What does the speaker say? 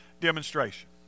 demonstration